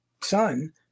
son